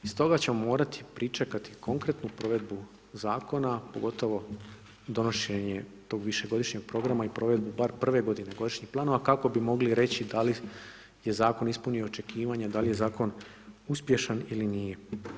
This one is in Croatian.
Stoga ćemo morati pričekati konkretnu provedbu zakona pogotovo donošenje tog višegodišnjeg programa i provedbu bar prve godine godišnjih planove kako bi mogli reći da li je zakon ispunio očekivanja, da li je zakon uspješan ili nije.